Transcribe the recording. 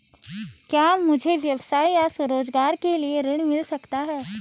क्या मुझे व्यवसाय या स्वरोज़गार के लिए ऋण मिल सकता है?